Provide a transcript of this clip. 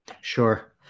Sure